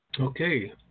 Okay